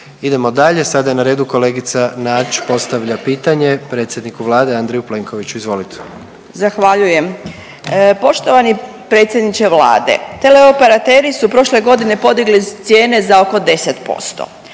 Idemo dalje, sada je na redu kolegica Nađ, postavlja pitanje predsjedniku Vlade Andreju Plenkoviću, izvolite. **Nađ, Vesna (Socijaldemokrati)** Zahvaljujem. Poštovani predsjedniče Vlade. Teleoperateri su prošle godine podigli cijene za oko 10%,